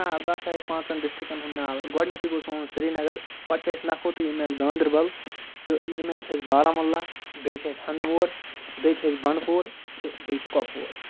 آ بہٕ ہَسا ہیٚکہِ پانٛژَن ڈِسٹِرٛکَن ہُنٛد ناو گۄڈنٮ۪تھٕے گوٚژھ سون سرینگر پَتہٕ چھِ اَسہِ نَکھ ہوتٕۍ یِم اند گاندَربَل تہٕ ییٚمہِ اند چھِ اَسہِ بارہمولہ بیٚیہِ چھِ اَسہِ ہنٛدوور بیٚیہِ چھِ اَسہِ بَنٛڈپور تہٕ بیٚیہِ چھِ کۄپوور